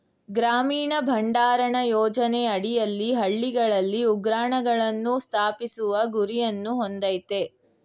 ಗ್ರಾಮೀಣ ಭಂಡಾರಣ ಯೋಜನೆ ಅಡಿಯಲ್ಲಿ ಹಳ್ಳಿಗಳಲ್ಲಿ ಉಗ್ರಾಣಗಳನ್ನು ಸ್ಥಾಪಿಸುವ ಗುರಿಯನ್ನು ಹೊಂದಯ್ತೆ